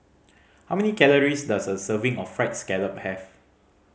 how many calories does a serving of Fried Scallop have